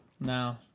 No